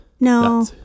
No